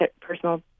personal